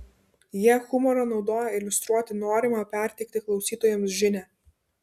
jie humorą naudoja iliustruoti norimą perteikti klausytojams žinią